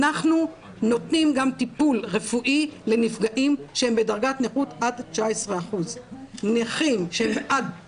אנחנו נותנים גם טיפול רפואי לנפגעים שהם בדרגת נכות עד 19%. נכים שעד